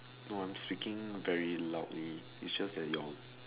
no I'm speaking very loudly is just that your